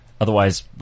Otherwise